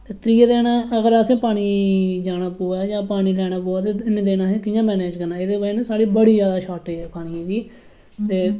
ते त्रीए दिन अगर असें पानिये गी जाना पवै जां पानी लैना पवै ते इन्ने दिन असें कि'यां मैनेज करना एहदे बिना असें बड़ी ज्यादा शार्टेज होंदी ऐ पानी दी में